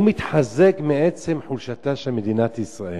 הוא מתחזק מעצם חולשתה של מדינת ישראל.